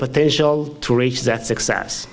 potential to reach that success